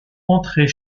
entrer